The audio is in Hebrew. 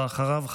ואחריו,